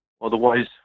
Otherwise